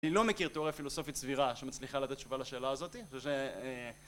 אני לא מכיר תיאוריה פילוסופית סבירה שמצליחה לתת תשובה לשאלה הזאת